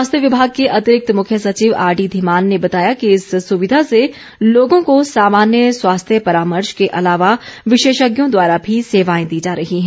स्वास्थ्य विभाग के अतिरिक्त मुख्य सचिव आर डी धीमान ने बताया कि इस सुविधा से लोगों को सामान्य स्वास्थ्य परामर्श के अलावा विशेषज्ञों द्वारा भी सेवाए दी जा रही हैं